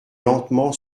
lentement